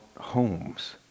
homes